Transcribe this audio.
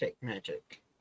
magic